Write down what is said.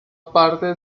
parte